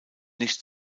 nicht